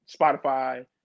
Spotify